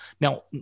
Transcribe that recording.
Now